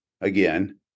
again